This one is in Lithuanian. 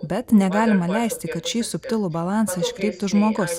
bet negalima leisti kad šį subtilų balansą iškreiptų žmogus